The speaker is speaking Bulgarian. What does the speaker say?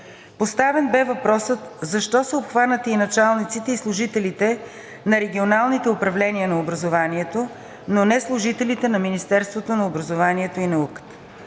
Поставен бе въпросът защо са обхванати и началниците и служителите на регионалните управления на образованието, но не служителите на Министерството на образованието и науката.